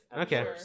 Okay